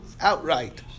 outright